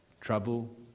trouble